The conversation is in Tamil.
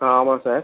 ஆ ஆமாம் சார்